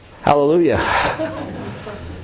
Hallelujah